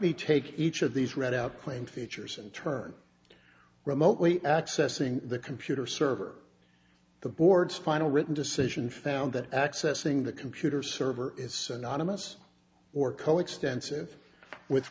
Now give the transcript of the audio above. me take each of these read out claimed features and turn remotely accessing the computer server the board's final written decision found that accessing the computer server is synonymous or coextensive with